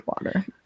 water